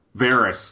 Varys